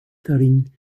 darin